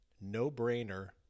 No-Brainer